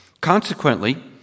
consequently